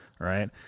right